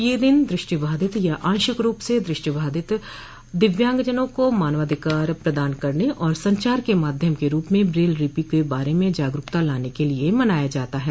यह दिन दृष्टिबाधित या आंशिक रूप से दृष्टिबाधित दिव्यांगजनों को मानवाधिकार प्रदान करने और संचार क माध्यम के रूप में ब्रेल लिपि के बारे में जागरूकता लाने के लिए मनाया जाता है